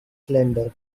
slender